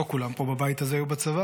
לא כולם פה בבית הזה היו בצבא,